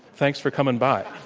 thanks for coming by.